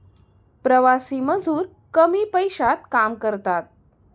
प्रवासी मजूर कमी पैशात काम करतात